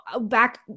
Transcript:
back